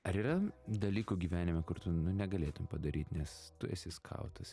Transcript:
ar yra dalykų gyvenime kur tu negalėtum padaryt nes tu esi skautas